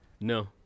no